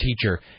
teacher